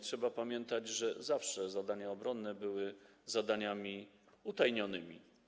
Trzeba pamiętać, że zawsze zadania obronne były zadaniami utajnionymi.